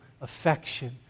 affection